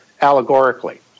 allegorically